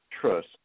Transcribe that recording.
trust